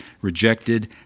rejected